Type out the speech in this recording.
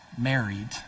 married